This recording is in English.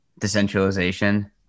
decentralization